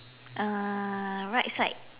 uh right side